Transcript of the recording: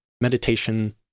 meditation